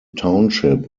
township